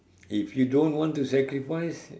if you don't want to sacrifice